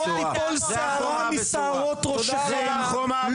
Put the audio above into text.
לא תיפול שערה משערות ראשיכם,